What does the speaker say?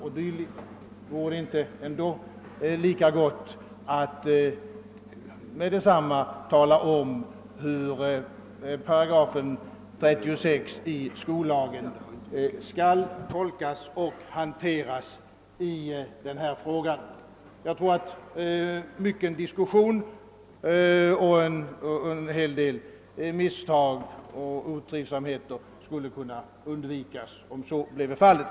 Vore det inte lika gott att från början tala om hur 36 § i skollagen skall tolkas? Jag tror att mycken diskussion och en hel del misstag och otrivsamheter skulle kunna undvikas om man gjorde det.